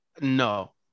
No